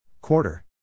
Quarter